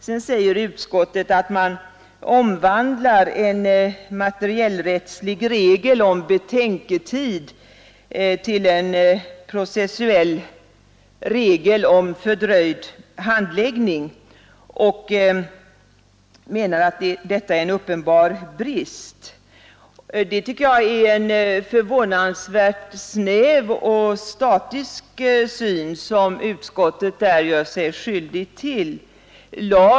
Sedan säger utskottet att man omvandlar en materiellrättslig regel om betänketid till en processuell regel om fördröjd handläggning och menar att detta är en uppenbar brist. Jag tycker att det är en förvånansvärt snäv och statisk syn som utskottet där gör sig skyldigt till.